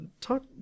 talk